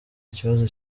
ikibazo